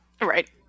Right